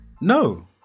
No